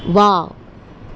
वाह